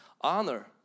Honor